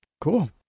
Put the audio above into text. cool